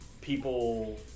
people